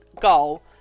goal